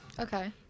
Okay